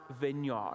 vineyard